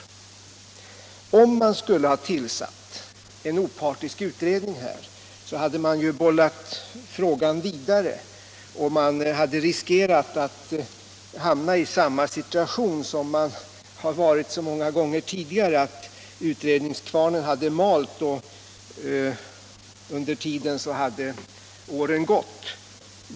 Om man skulle ha tillsatt en opartisk utredning, hade man ju bollat frågan vidare och riskerat att hamna i samma situation som man befunnit sig i så många gånger tidigare, nämligen att utredningskvarnen hade malt och att åren hade gått i väntan på ett resultat.